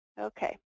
okay